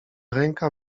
ręka